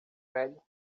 velho